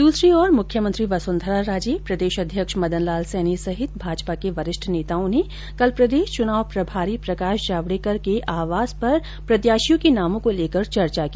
दूसरी ओर मुख्यमंत्री वसुंधरा राजे भाजपा प्रदेश अध्यक्ष मदन लाल सैनी सहित भाजपा के वरिष्ठ नेताओं ने कल प्रदेश चुनाव प्रभारी प्रकाश जावडेकर के आवास पर प्रत्याशियों के नामों को लेकर चर्चा की